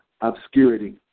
obscurity